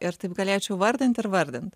ir taip galėčiau vardint ir vardint